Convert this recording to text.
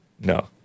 No